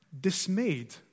dismayed